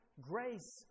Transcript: grace